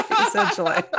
Essentially